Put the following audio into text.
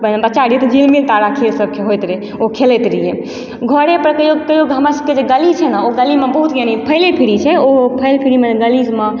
पहिने बच्चा रहियइ तऽ झिलमिल तारा खेल सब होइत रहय ओ खेलैत रहियइ घरेपर कहियो कहियो हमरा सबके जे गली छै नऽ ओ गलीमे बहुत यानी फैल फ्री छै ओ फैल फ्रीमे गली मे